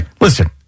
Listen